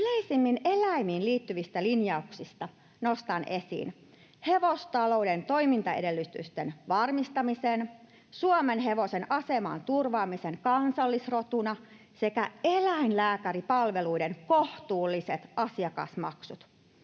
Yleisemmin eläimiin liittyvistä linjauksista nostan esiin hevostalouden toimintaedellytysten varmistamisen, suomenhevosen aseman turvaamisen kansallisrotuna sekä eläinlääkäripalveluiden kohtuulliset asiakasmaksut